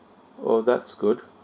orh that's good